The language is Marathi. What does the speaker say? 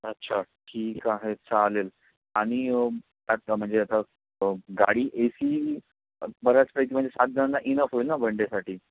अच्छा ठीक आहे चालेल आणि अच्छा म्हणजे आता गाडी ए सी बऱ्याच सात जणांना इनफ होईल ना वनडेसाठी